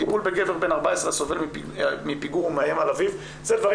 טיפול בגבר בן 14 הסובל מפיגור ומאיים על אביו אלה דברים